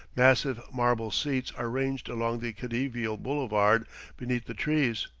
massive marble seats are ranged along the khediveal boulevard beneath the trees,